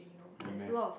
really meh